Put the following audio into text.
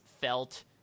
felt